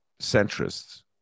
centrists